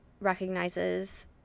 recognizes